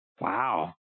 Wow